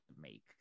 make